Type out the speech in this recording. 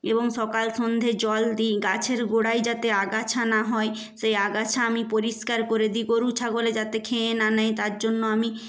এবং সকাল সন্ধে জল দিই গাছের গোড়ায় যাতে আগাছা না হয় সেই আগাছা আমি পরিষ্কার করে দিই গরু ছাগলে যাতে খেয়ে না নেয় তার জন্য আমি